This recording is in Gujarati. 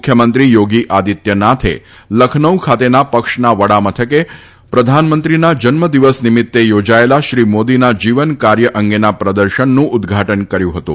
મુખ્યમંત્રી થોગી આદિત્યનાથે લખનૌ ખાતેના પક્ષના વડામથકે પ્રધાનંમત્રીના જન્મ દિવસ નીમિત્તે યોજાયેલા શ્રી મોદીના જીવન કાર્ય અંગેના પ્રદર્શનનું દૃઘાટન કર્યું હતું